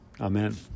Amen